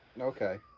Okay